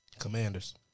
Commanders